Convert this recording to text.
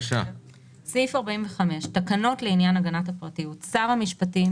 "תקנות לעניין הגנת הפרטיות 45. שר המשפטים,